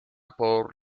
por